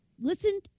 listen